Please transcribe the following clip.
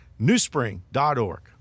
newspring.org